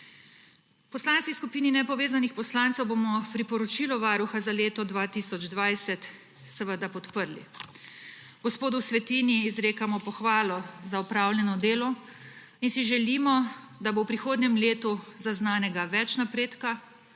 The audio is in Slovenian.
Poslanski skupini nepovezanih poslancev bomo priporočila Varuha za leto 2020 seveda podprli. Gospodu Svetini izrekamo pohvalo za opravljeno delo in si želimo, da bo v prihodnjem letu zaznanega več napredka,